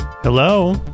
Hello